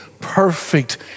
perfect